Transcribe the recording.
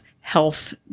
health